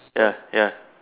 ya ya